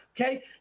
okay